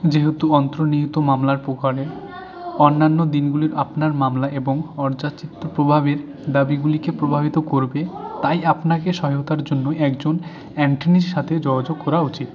যেহেতু অন্তর্নিহিত মামলার প্রকারের অন্যান্য দিনগুলি আপনার মামলা এবং অর্যাচিত প্রভাবের দাবিগুলিকে প্রভাবিত করবে তাই আপনাকে সহায়তার জন্য একজন অ্যাটর্নির সাথে যোগাযোগ করা উচিত